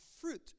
fruit